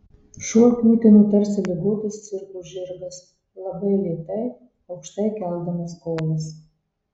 šuo kiūtino tarsi ligotas cirko žirgas labai lėtai aukštai keldamas kojas